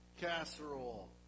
Casserole